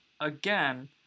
again